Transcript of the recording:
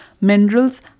minerals